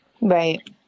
Right